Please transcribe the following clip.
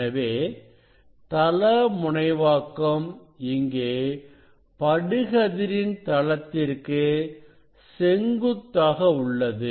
எனவே தள முனைவாக்கம் இங்கே படுகதிர் இன் தளத்திற்கு செங்குத்தாக உள்ளது